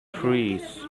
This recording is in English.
trees